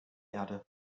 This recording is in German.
erde